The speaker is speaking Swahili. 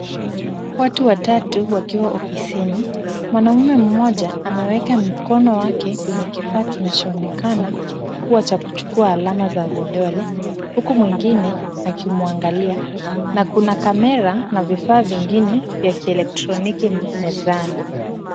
Watu watatu wakiwa ofisini. Mwanaume mmoja ameweka mkono wake kwenye kifaa kinachoonekana kuwa cha kuchukua alama za vidole huku mwingine akimwangalia na kuna kamera na vifaa vingine vya kielektroniki mezani.